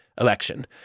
election